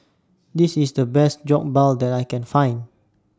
This IS The Best Jokbal that I Can Find